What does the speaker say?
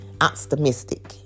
optimistic